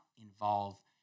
involve